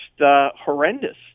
horrendous